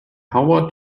howard